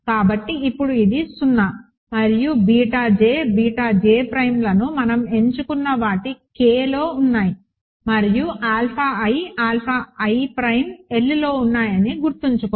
కాబట్టి ఇప్పుడు ఇది 0 మరియు బీటా j బీటా j ప్రైమ్లను మనం ఎంచుకున్న వాటి K లో ఉన్నాయి మరియు alpha i alpha i prime Lలో ఉన్నాయని గుర్తుంచుకోండి